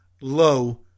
low